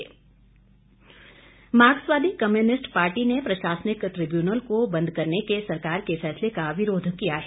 माकपा मार्क्सवादी communist party ने प्रशासनिक ट्रिब्युनल को बंद करने के सरकार के फैसले का विरोध किया है